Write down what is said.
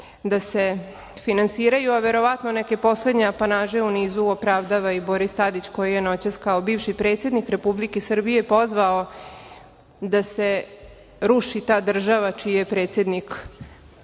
da se finansiraju, a verovatno neke poslednje apanaže u nizu opravdava i Boris Tadić koji je noćas, kao bivši predsednik Republike Srbije, pozvao da se ruši ta država čiji je predsednik